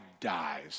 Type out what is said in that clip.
dies